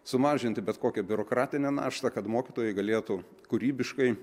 sumažinti bet kokią biurokratinę naštą kad mokytojai galėtų kūrybiškai